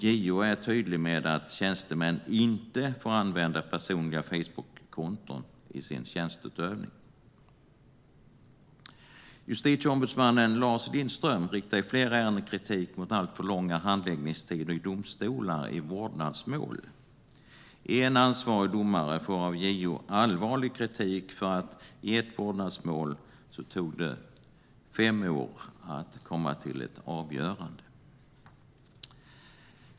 JO är tydlig med att tjänstemän inte får använda personliga Facebookkonton i sin tjänsteutövning. Justitieombudsmannen Lars Lindström riktar i flera ärenden kritik mot alltför långa handläggningstider i domstolar i vårdnadsmål. En ansvarig domare får av JO allvarlig kritik för att det i ett vårdnadsmål tog fem år att komma till ett avgörande.